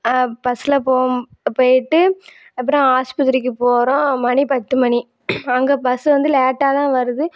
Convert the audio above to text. பஸ்ஸில் போகும் போயிட்டு அப்புறம் ஆஸ்பத்திரிக்கு போகிறோம் மணி பத்து மணி அங்கே பஸ்ஸு வந்து லேட்டாக தான் வருது